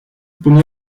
bunu